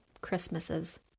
Christmases